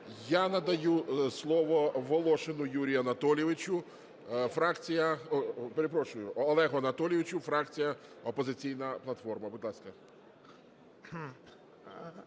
Я надаю слово Волошину Юрію Анатолійовичу, фракція… Перепрошую, Олегу Анатолійовичу, фракція "Опозиційна платформа".